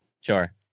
sure